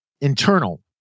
internal